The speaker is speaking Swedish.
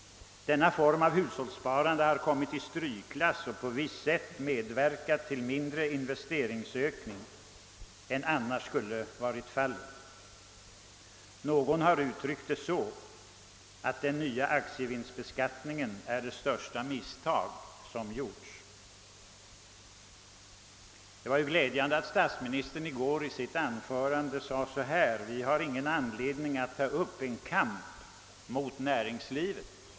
Denna form av hushållssparande har kommit i strykklass, vilket på visst sätt medverkat till att investeringsökningarna blivit mindre än vad som annars skulle ha blivit fallet. Någon har uttryckt det så, att den nya aktievinstbeskattningen är det största misstag som gjorts. Det var glädjande att statsministern 1 sitt anförande under gårdagen sade, att regeringen inte har någon anledning att ta upp en kamp mot näringslivet.